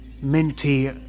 minty